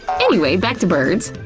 anyway, back to birds,